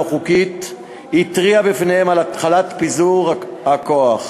חוקית והתריע בפניהם על התחלת פיזור הכוח.